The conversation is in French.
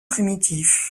primitif